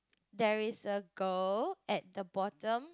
there is a girl at the bottom